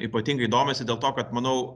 ypatingai domisi dėl to kad manau